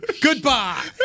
Goodbye